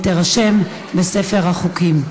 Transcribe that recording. ותירשם בספר החוקים,